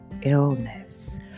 illness